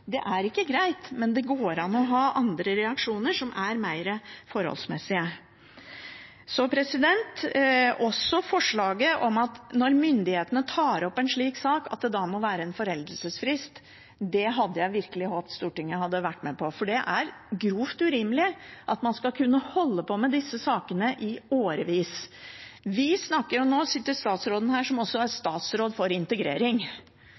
går an å ha reaksjoner som er mer forholdsmessige. Forslaget om at det når myndighetene tar opp en slik sak, må være en foreldelsesfrist, hadde jeg virkelig håpet Stortinget hadde vært med på, for det er grovt urimelig at man skal kunne holde på med disse sakene i årevis. Nå sitter statsråden som også er statsråd for integrering,